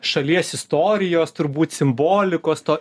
šalies istorijos turbūt simbolikos to